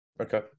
okay